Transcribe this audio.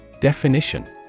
Definition